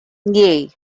yeah